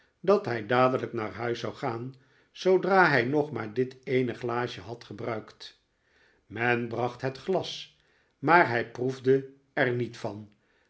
dat hij dadelijk naar huis zou gaan zoodra hij nog maar dit eene glaasje had gebruikt men bracht het glas maar hij proefde er niet van